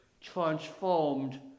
transformed